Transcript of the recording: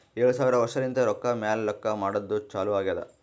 ಏಳು ಸಾವಿರ ವರ್ಷಲಿಂತೆ ರೊಕ್ಕಾ ಮ್ಯಾಲ ಲೆಕ್ಕಾ ಮಾಡದ್ದು ಚಾಲು ಆಗ್ಯಾದ್